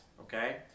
okay